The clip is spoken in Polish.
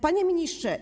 Panie Ministrze!